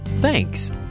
Thanks